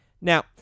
Now